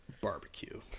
barbecue